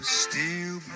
steel